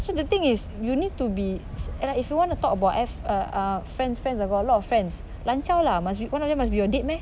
so the thing is you need to be and ah if you want to talk about F uh ah friends friends I got a lot of friends lan jiao lah must be one of them must be your date meh